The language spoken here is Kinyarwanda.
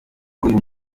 uyu